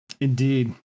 Indeed